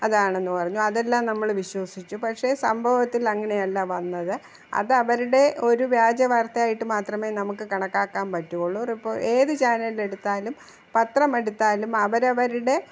അതാണെന്നു പറഞ്ഞു അതെല്ലാം നമ്മൾ വിശ്വസിച്ചു പക്ഷേ സംഭവത്തിലങ്ങനെയല്ല വന്നത് അതവരുടെ ഒരു വ്യാജ വാർത്തയായിട്ട് മാത്രമേ നമുക്ക് കണക്കാക്കാന് പറ്റുകയുള്ളൂ ഏത് ചാനലിലെടുത്താലും പത്രം എടുത്താലും അവരവരുടെ